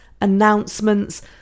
announcements